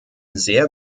sehr